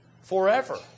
forever